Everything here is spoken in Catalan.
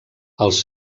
els